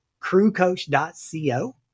crewcoach.co